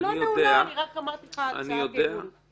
אני לא נעולה, רק אמרתי לך הצעת ייעול.